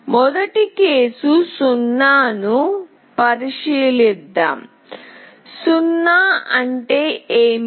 మొదట కేసు 0 ను పరిశీలిద్దాం 0 అంటే ఏమిటి